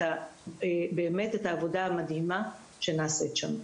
את העבודה הבאמת מדהימה שנעשית שם.